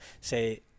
say